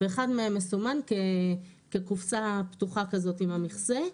ואחד מהם מסומן כקופסה פתוחה כזאת עם המכסה,